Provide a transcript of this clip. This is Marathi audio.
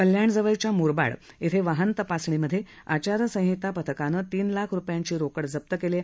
कल्याण जवळच्या म्रबाड इथं वाहन तपासणीमध्ये आचारसंहिता पथकानं तीन लाख रुपयांची रोखड जप्त केली आहे